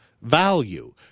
value